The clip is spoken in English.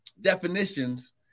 definitions